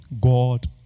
God